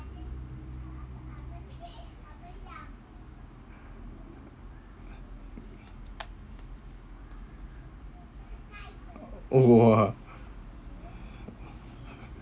!wah!